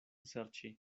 serĉi